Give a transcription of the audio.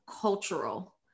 cultural